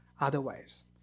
otherwise